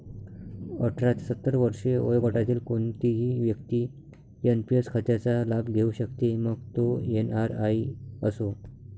अठरा ते सत्तर वर्षे वयोगटातील कोणतीही व्यक्ती एन.पी.एस खात्याचा लाभ घेऊ शकते, मग तो एन.आर.आई असो